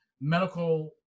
medical